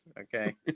okay